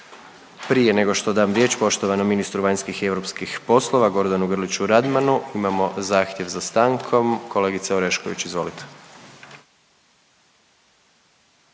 Prije nego što dam riječ poštovanim ministru vanjskih i europskih poslova Gordanu Grliću Radmanu imamo zahtjev za stankom, kolegica Orešković. Izvolite.